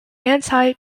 anti